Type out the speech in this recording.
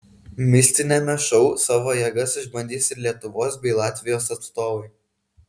mistiniame šou savo jėgas išbandys ir lietuvos bei latvijos atstovai